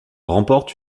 remporte